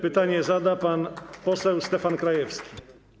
Pytanie zada pan poseł Stefan Krajewski.